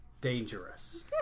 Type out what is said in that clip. Dangerous